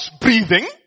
breathing